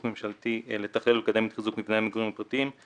ממשלתי לתכלל ולקדם את חיזוק מבני המגורים הפרטיים.